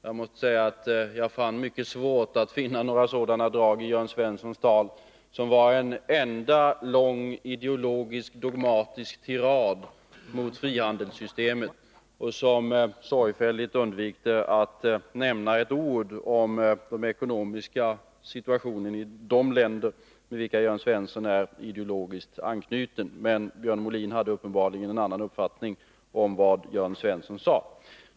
Jag hade mycket svårt att finna några sådana drag i Jörn Svenssons tal, som var en enda lång ideologisk-dogmatisk tirad mot frihandelssystemet, där han sorgfälligt undvek att nämna ett ord om den ekonomiska situationen i de länder, till vilka Jörn Svensson är ideologiskt anknuten. Björn Molin har uppenbarligen en annan uppfattning om vad Jörn Svensson sade.